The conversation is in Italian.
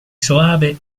soave